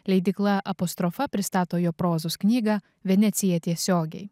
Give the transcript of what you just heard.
leidykla apostrofa pristato jo prozos knygą venecija tiesiogiai